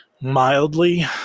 mildly